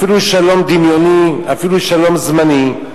אפילו שלום דמיוני, אפילו שלום זמני,